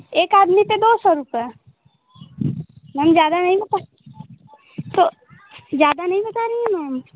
एक आदमी के दो सौ रुपए मैम ज़्यादा नहीं बता तो ज़्यादा नहीं बता रहीं मैम